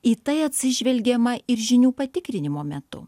į tai atsižvelgiama ir žinių patikrinimo metu